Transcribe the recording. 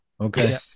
Okay